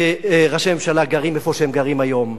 שראשי ממשלה גרים איפה שהם גרים היום,